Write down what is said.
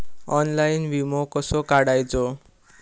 Online विमो कसो काढायचो?